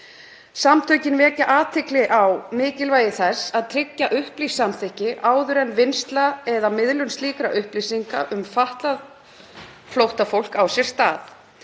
Samtökin vekja athygli á mikilvægi þess að tryggja upplýst samþykki áður en vinnsla eða miðlun slíkra upplýsinga um fatlað flóttafólk á sér stað.